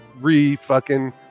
re-fucking